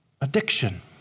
addiction